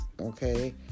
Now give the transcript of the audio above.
Okay